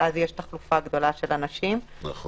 ואז יש תחלופה גדולה של אנשים; שניים,